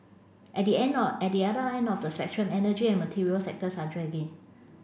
at the end of at the other end of the spectrum energy and material sectors are dragging